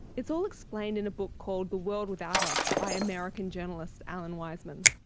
it's all explained in a book called the world without us by american journalist alan weisman.